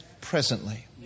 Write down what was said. presently